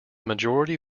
majority